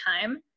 time